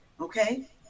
okay